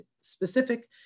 specific